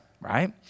Right